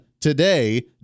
today